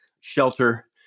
shelter